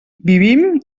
vivim